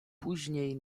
później